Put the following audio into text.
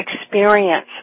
experience